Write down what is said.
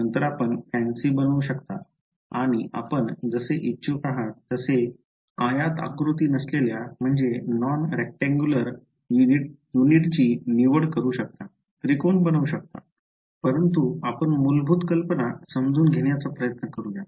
नंतर आपण फॅन्सी बनवू शकता आणि आपण जसे इच्छुक आहात तसे आयताकृती नसलेल्या युनिटची निवड करू शकता त्रिकोण बनवू शकता परंतु आपण मूलभूत कल्पना समजून घेण्याचा प्रयत्न करूया